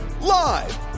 live